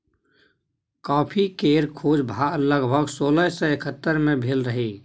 coffee केर खोज लगभग सोलह सय एकहत्तर मे भेल रहई